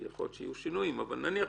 כי יכול להיות שיהיו שינויים, אבל בהנחה